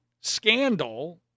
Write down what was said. scandal